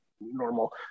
normal